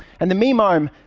and the meme-ome,